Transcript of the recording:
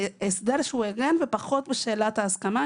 הסדר הוגן ופחות בשאלת ההסכמה.